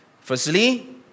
Firstly